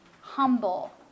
humble